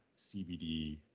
CBD